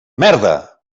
merda